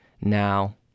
now